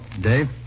Dave